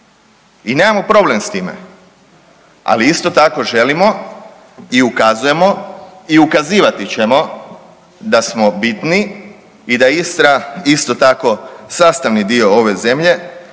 I nemamo problem s time, ali isto tako želimo i ukazujemo i ukazivati ćemo da smo bitni i da Istra isto tako sastavni dio ove zemlje,